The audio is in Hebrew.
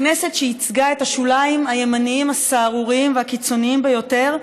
כנסת שייצגה את השוליים הימניים הסהרוריים והקיצוניים ביותר,